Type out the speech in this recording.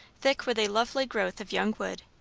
thick with a lovely growth of young wood,